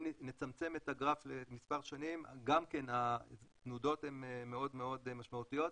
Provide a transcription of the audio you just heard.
אם נצמצם את הגרף למספר שנים התנודות הן מאוד מאוד משמעותיות.